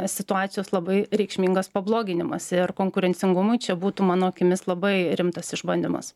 situacijos labai reikšmingas pabloginimas ir konkurencingumui čia būtų mano akimis labai rimtas išbandymas